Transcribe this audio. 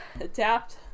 adapt